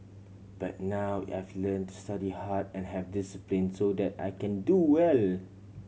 but now I've learnt to study hard and have discipline so that I can do well